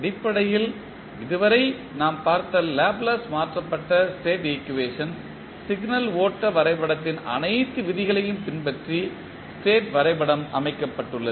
அடிப்படையில் இதுவரை நாம் பார்த்த லாப்லேஸ் மாற்றப்பட்ட ஸ்டேட் ஈக்குவேஷன் சிக்னல் ஓட்ட வரைபடத்தின் அனைத்து விதிகளையும் பின்பற்றி ஸ்டேட் வரைபடம் அமைக்கப்பட்டுள்ளது